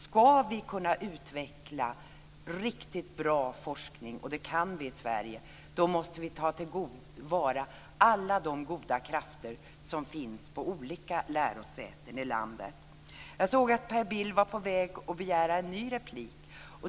Ska vi kunna utveckla riktigt bra forskning - och det kan vi i Sverige - då måste vi ta till vara alla goda krafter som finns på olika lärosäten i landet. Jag såg att Per Bill var på väg att begära en ny replik.